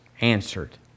answered